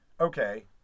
Okay